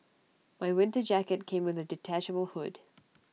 my winter jacket came with A detachable hood